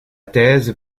thèse